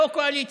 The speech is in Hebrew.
לא קואליציה.